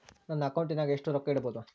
ನನ್ನ ಅಕೌಂಟಿನಾಗ ಎಷ್ಟು ರೊಕ್ಕ ಇಡಬಹುದು?